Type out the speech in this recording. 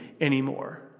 anymore